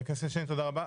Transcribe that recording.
תודה רבה.